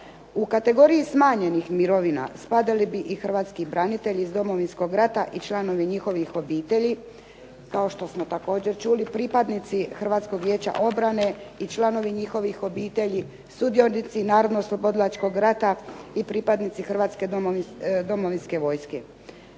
U kategoriji smanjenih mirovina spadali bi i hrvatski branitelji iz Domovinskog rata i članovi njihovih obitelji, kao što smo također čuli pripadnici Hrvatskog vijeća obrane i članovi njihovih obitelji, sudionici Narodnooslobodilačkog rata, i pripadnici Hrvatske domovinske vojske.